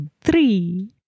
Three